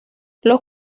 los